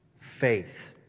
Faith